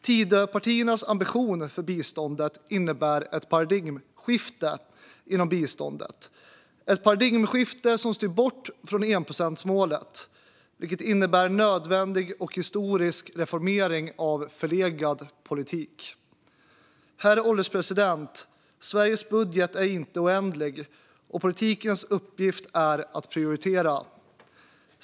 Tidöpartiernas ambition för biståndet innebär ett paradigmskifte inom biståndet - ett paradigmskifte som styr bort från enprocentsmålet, vilket innebär en nödvändig och historisk reformering av en förlegad politik. Herr ålderspresident! Sveriges budget är inte oändlig, och politikens uppgift är att prioritera.